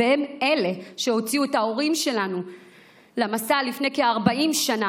והן שהוציאו את ההורים שלנו למסע לפני כ-40 שנה,